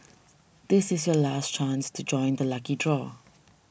this is your last chance to join the lucky draw